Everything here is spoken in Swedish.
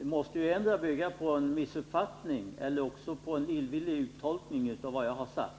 ändå måste bygga på en missuppfattning eller också på en illvillig uttolkning av vad jag har sagt.